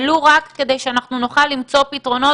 ולו רק כדי שאנחנו נוכל למצוא פתרונות,